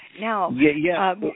Now